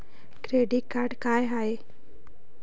Credit card का हाय?